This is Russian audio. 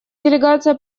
делегация